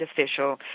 official